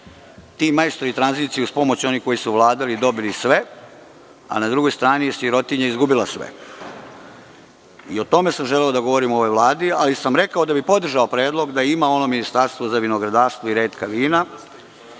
ti majstori tranzicije, uz pomoć onih koji su vladali, dobili sve, a na drugoj strani je sirotinja izgubila sve. O tome sam želeo da govorim o ovoj vladi, ali sam rekao da bih podržao predlog da je postojalo ono ministarstvo za vinogradarstvo i retka vina,